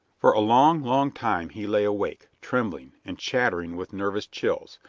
for a long, long time he lay awake, trembling and chattering with nervous chills,